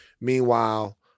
Meanwhile